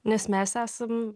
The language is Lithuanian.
nes mes esam